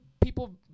people